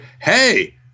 hey